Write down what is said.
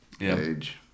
age